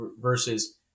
Versus